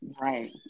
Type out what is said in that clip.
Right